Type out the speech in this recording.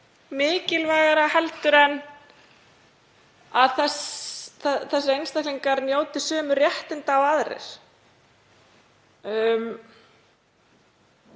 mikilvægara en að þessir einstaklingar njóti sömu réttinda og aðrir?